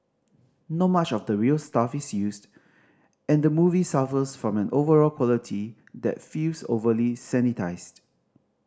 not much of the real stuff is used and the movie suffers from an overall quality that feels overly sanitised